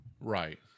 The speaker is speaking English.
Right